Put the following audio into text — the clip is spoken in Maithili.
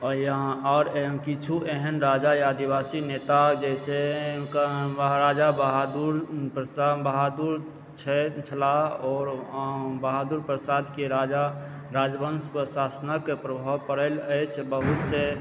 आओर ईहा आओर किछु एहन राजा आदिबासी नेता जेसे कऽ महराजा बहादुर प्रसाद बहादुर छलाह आओर अऽ बहादुर प्रसाद के राजा राजवंश प्रशासनक प्रभाव पड़ल अछि बहुत से